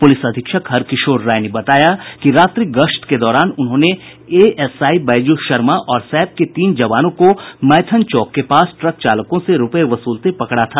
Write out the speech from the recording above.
police अधीक्षक हर किशोर राय ने बताया कि रात्रि गश्त के दौरान उन्होंने एएसआई बैजू शर्मा और सैप के तीन जवानों को मैथन चौक के पास ट्रक चालकों से रुपये वसूलते पकड़ा था